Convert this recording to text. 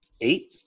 eight